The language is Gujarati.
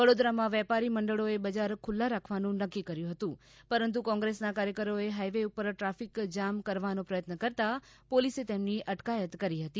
વડોદરામાં વેપારી મંડળોએ બજાર ખુલ્લા રાખવાનું નક્કી કર્યું હતું પરંતુ કોંગ્રેસના કાર્યકરો એ હાઇવે ઉપર ટ્રાફિક જામ કરવાનો પ્રયત્ન કરતાં પોલિસે તેમની અટકાયત કરી હતી